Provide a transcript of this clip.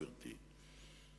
גברתי,